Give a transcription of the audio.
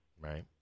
Right